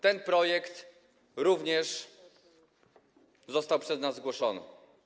Ten projekt również został przez nas zgłoszony.